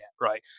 right